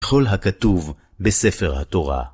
וכל הכתוב בספר התורה.